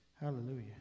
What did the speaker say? Hallelujah